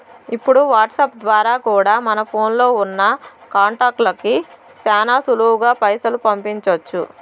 ఇప్పుడు వాట్సాప్ ద్వారా కూడా మన ఫోన్లో ఉన్నా కాంటాక్ట్స్ లకి శానా సులువుగా పైసలు పంపించొచ్చు